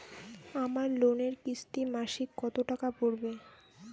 আমার লোনের কিস্তি মাসিক কত টাকা পড়বে?